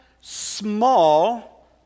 small